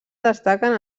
destaquen